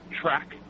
track